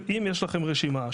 אם יש לכם רשימה,